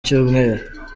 cyumweru